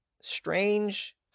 strange